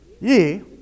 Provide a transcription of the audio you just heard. ye